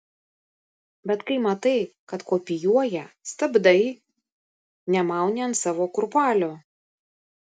bet kai matai kad kopijuoja stabdai nemauni ant savo kurpalio